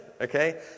okay